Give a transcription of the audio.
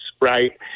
right